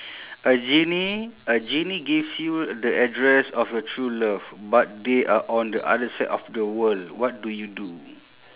a genie a genie gives you the address of your true love but they are on the other side of the world what do you do